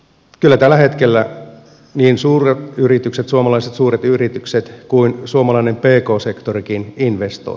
kyllä tällä hetkellä niin suomalaiset suuret yritykset kuin suomalainen pk sektorikin investoi